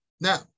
Now